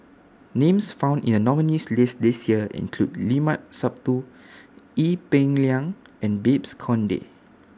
Names found in The nominees' list This Year include Limat Sabtu Ee Peng Liang and Babes Conde